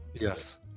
Yes